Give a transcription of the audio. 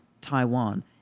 Taiwan